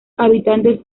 habitantes